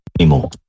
anymore